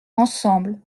ensemble